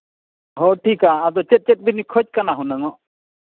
ᱦᱳᱭ ᱴᱷᱤᱠᱟ ᱟᱫᱚ ᱪᱮᱫ ᱵᱤᱱ ᱠᱷᱚᱡᱽ ᱠᱟᱱᱟ ᱦᱩᱱᱟᱹᱜ